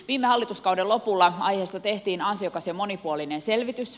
viime hallituskauden lopulla aiheesta tehtiin ansiokas ja monipuolinen selvitys